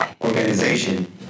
organization